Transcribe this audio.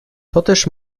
toteż